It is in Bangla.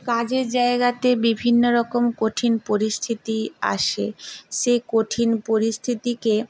কাজের জায়গাতে বিভিন্ন রকম কঠিন পরিস্থিতি আসে সেই কঠিন পরিস্থিতিকে